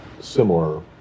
similar